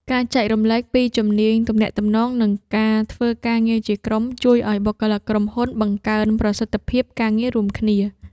ការចែករំលែកពី ជំនាញទំនាក់ទំនង និងការធ្វើការងារជាក្រុម ជួយឱ្យបុគ្គលិកក្រុមហ៊ុនបង្កើនប្រសិទ្ធភាពការងាររួមគ្នា។